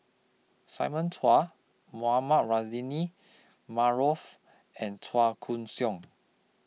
Simon Chua Mohamed Rozani Maarof and Chua Koon Siong